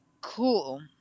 cool